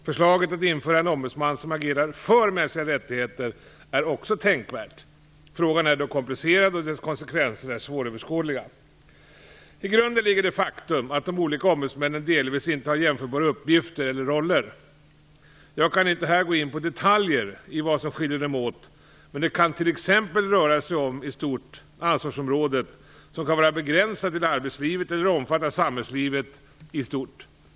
Förslaget att införa en ombudsman som agerar för mänskliga rättigheter är också tänkvärt. Frågan är dock komplicerad, och dess konsekvenser är svåröverskådliga. I grunden ligger det faktum att de olika ombudsmännen delvis inte har jämförbara uppgifter eller roller. Jag kan inte här gå in på detaljer i vad som skiljer dem åt. Men det kan t.ex. röra sig om ansvarsområdet, som kan vara begränsat till arbetslivet eller omfatta samhällslivet i stort.